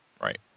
Right